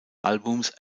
albums